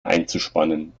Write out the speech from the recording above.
einzuspannen